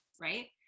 right